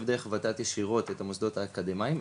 דרך ות"ת ישירות את המוסדות האקדמאיים,